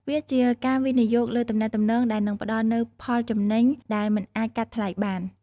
វាជាការវិនិយោគលើទំនាក់ទំនងដែលនឹងផ្តល់នូវផលចំណេញដែលមិនអាចកាត់ថ្លៃបាន។